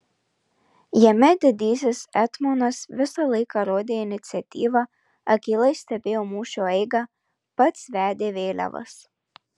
jame didysis etmonas visą laiką rodė iniciatyvą akylai stebėjo mūšio eigą pats vedė vėliavas